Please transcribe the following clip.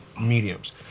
mediums